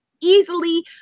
easily